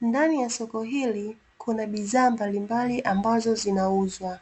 Ndani ya soko hili, kuna bidhaa mbalimbali ambazo zinauzwa.